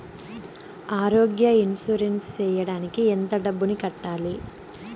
ఆరోగ్య ఇన్సూరెన్సు సేయడానికి ఎంత డబ్బుని కట్టాలి?